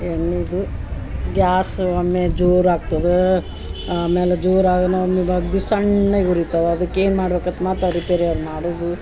ಎಣ್ಣಿದು gas ಒಮ್ಮೆ ಜೋರು ಆಗ್ತದೆ ಆಮೇಲೆ ಜೋರು ಆಗನ ಒಮ್ಮೆ ಸಣ್ಣಗ ಉರಿತವ ಅದಕ್ಕೆ ಏನು ಮಾಡ್ಬೇಕತು ಮತ್ತು ರಿಪೇರಿಯವ್ರ ಮಾಡುದು